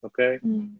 okay